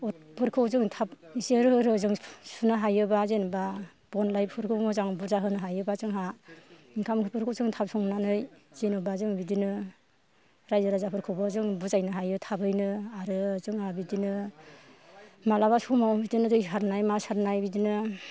अरफोरखौ जों थाब एसे रोहो रोहो जों सुनो हायोबा जेन'बा बन लायफोरखौ मोजां होनो हायोबा जोंहा ओंखाम ओंख्रिफोेरखौ जों थाब संनानै जेनोबा जों बिदिनो राज्यो राजाफोरखौबो जों बुजायनो हायो थाबैनो आरो जोंहा बिदिनो मालाबा समाव बिदिनो दै सारनाय मा सारनाय बिदिनो